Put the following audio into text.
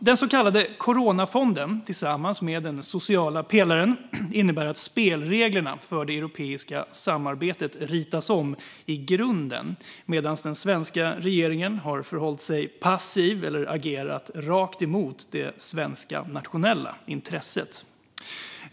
Den så kallade coronafonden tillsammans med den sociala pelaren innebär att spelreglerna för det europeiska samarbetet ritats om i grunden medan den svenska regeringen har förhållit sig passiv eller agerat rakt emot det svenska intresset.